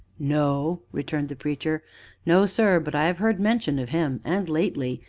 no, returned the preacher no, sir, but i have heard mention of him, and lately,